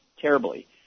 terribly